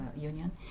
union